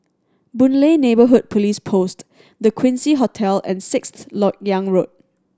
Boon Lay Neighbourhood Police Post The Quincy Hotel and Sixth Lok Yang Road